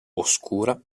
oscura